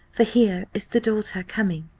for here is the daughter coming,